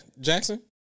Jackson